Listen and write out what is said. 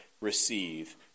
receive